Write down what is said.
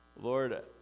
Lord